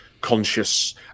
conscious